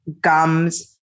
gums